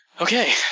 Okay